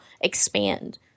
expand